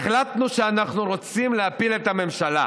החלטנו שאנחנו רוצים להפיל את הממשלה,